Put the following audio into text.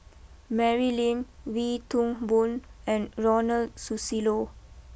Mary Lim Wee Toon Boon and Ronald Susilo